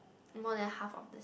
more than half of the